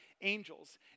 angels